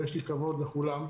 ויש לי כבוד לכולם,